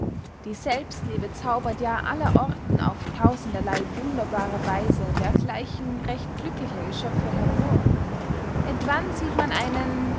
die selbstliebe zaubert ja allerorten auf tausenderley wunderbare weise dergleichen recht glückliche geschöpfe hervor etwann sieht man einen